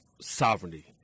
sovereignty